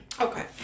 Okay